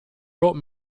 wrote